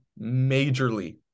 majorly